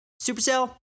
Supercell